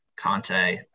Conte